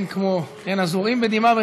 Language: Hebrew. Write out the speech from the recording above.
הזורעים בדמעה,